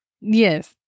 Yes